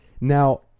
Now